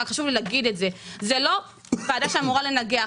זו לא ועדה שאמורה לנגח,